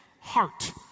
heart